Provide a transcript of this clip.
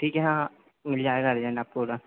ठीक है हाँ मिल जाएगा अर्जेंट आपको ओडर